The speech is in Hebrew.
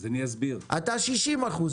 אתה 60% שם.